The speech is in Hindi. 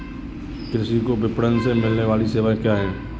कृषि को विपणन से मिलने वाली सेवाएँ क्या क्या है